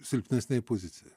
silpnesnėj pozicijoj